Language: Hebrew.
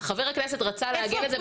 חבר הכנסת רצה לעגן את זה בחקיקה.